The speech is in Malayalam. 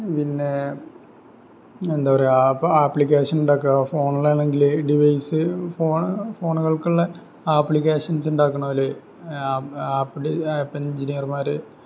പിന്നേ എന്താണ് പറയുക അപ്പം ആപ്ലിക്കേഷൻ ഉണ്ടാക്കുക ഫോണിലാണെങ്കിൽ ഡിവൈസ്സ് ഫോൺ ഫോണുകൾക്കുള്ള ആപ്ലിക്കേഷൻസ്സ് ഉണ്ടാക്കുണോല് ആപ് ആപ് ആപ്പ് എഞ്ചിനീയർമാർ